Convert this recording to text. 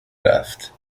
رفت